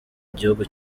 gihugu